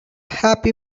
happy